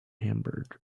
hamburg